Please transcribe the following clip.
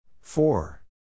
four